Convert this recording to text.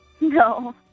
No